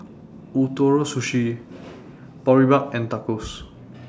Ootoro Sushi Boribap and Tacos